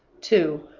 two.